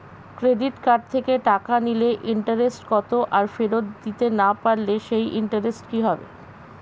Credit card থেকে টাকা নিলে ইন্টারেস্ট কত আর ফেরত দিতে না পারলে সেই ইন্টারেস্ট কি হবে?